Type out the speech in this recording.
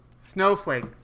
Snowflake